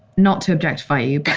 not to objectify you. but